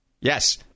Yes